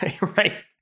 right